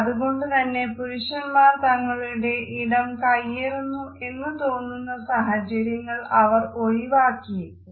അതു കൊണ്ടുതന്നെ പുരുഷന്മാർ തങ്ങളുടെ ഇടം കയ്യേറുന്നു എന്ന് തോന്നുന്ന സാഹചര്യങ്ങൾ അവർ ഒഴിവാക്കിയേക്കും